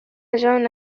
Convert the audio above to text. جون